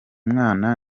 mwana